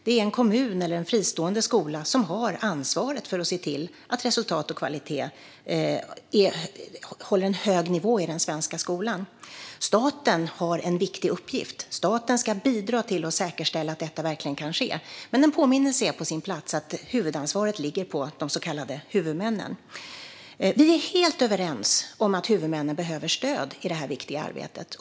Det är en kommun eller en fristående skola som har ansvar för att se till att resultat och kvalitet håller en hög nivå i den svenska skolan. Staten har en viktig uppgift. Staten ska bidra till att säkerställa att detta verkligen kan ske, men en påminnelse är på sin plats att huvudansvaret ligger på de så kallade huvudmännen. Vi är helt överens om att huvudmännen behöver stöd i detta viktiga arbete.